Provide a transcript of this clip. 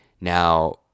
now